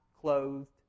clothed